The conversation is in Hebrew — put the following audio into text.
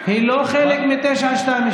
זה לא חלק מ-922.